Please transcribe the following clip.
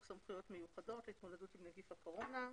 סמכויות מיוחדות להתמודדות עם נגיף הקורונה".